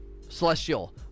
celestial